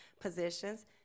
positions